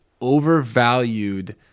overvalued